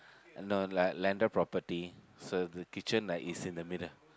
no like landed property so the kitchen like is in the middle